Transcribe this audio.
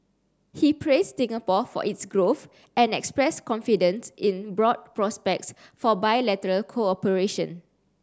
he praised Singapore for its growth and expressed confidence in broad prospects for bilateral cooperation